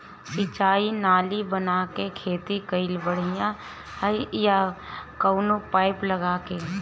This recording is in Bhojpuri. सिंचाई नाली बना के खेती कईल बढ़िया ह या कवनो पाइप लगा के?